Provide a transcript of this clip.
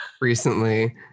recently